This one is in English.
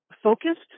Focused